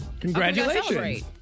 congratulations